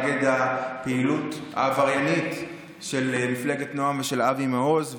נגד הפעילות העבריינית של מפלגת נועם ושל אבי מעוז.